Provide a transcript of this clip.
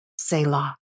Selah